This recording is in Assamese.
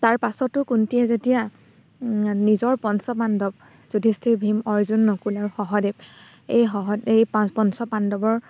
তাৰ পাছতো কুন্তীয়ে যেতিয়া নিজৰ পঞ্চপাণ্ডৱ যুধিষ্ঠিৰ ভীম অৰ্জুন নকুল আৰু সহদেৱ এই সহদেৱ এই পাঁচ পঞ্চপাণ্ডৱৰ